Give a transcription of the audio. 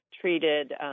treated